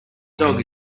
dog